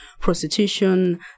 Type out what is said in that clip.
prostitution